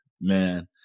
man